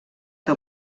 que